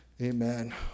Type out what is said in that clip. Amen